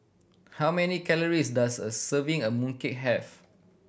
how many calories does a serving of mooncake have